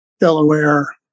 Delaware